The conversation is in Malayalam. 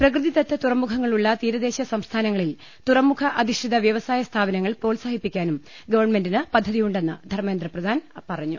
പ്രകൃതിദത്ത തുറ മുഖങ്ങളുള്ള തീരദേശ സംസ്ഥാനങ്ങളിൽ തുറമുഖ അധിഷ്ഠിത വൃവ സായ സ്ഥാപനങ്ങൾ പ്രോത്സാഹിപ്പിക്കാനും ഗവൺമെന്റിന് പദ്ധതി യുണ്ടെന്ന് ധർമേന്ദ്രപ്രധാൻ പറഞ്ഞു